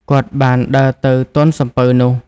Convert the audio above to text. គាត់បានដើរទៅទាន់សំពៅនោះ។